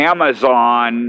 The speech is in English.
Amazon